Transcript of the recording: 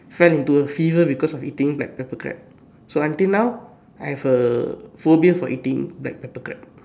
fell into a fever because of eating black pepper crab so until now I have a phobia for eating black pepper crab